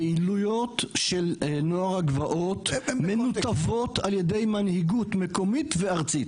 שהפעילויות של נוער הגבעות מנותבות על ידי מנהיגות מקומית וארצית.